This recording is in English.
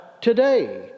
today